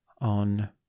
on